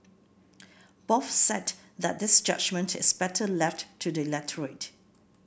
both said that this judgement is better left to the electorate